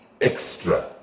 extra